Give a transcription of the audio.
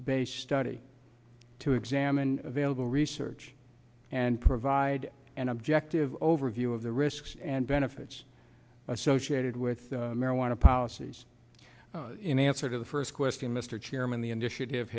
based study to examine available research and provide an objective overview of the risks and benefits associated with marijuana policies in answer to the first question mr chairman the initiative